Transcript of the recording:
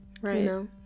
Right